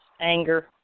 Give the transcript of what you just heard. anger